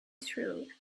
through